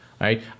right